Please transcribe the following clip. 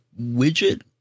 widget